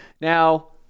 Now